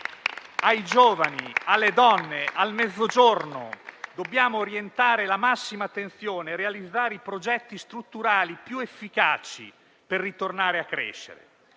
Ai giovani, alle donne, al Mezzogiorno dobbiamo orientare la massima attenzione e realizzare i progetti strutturali più efficaci per ritornare a crescere.